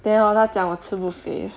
then hor 他讲我吃不肥